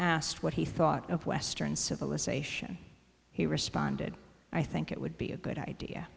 asked what he thought of western civilization he responded i think it would be a good idea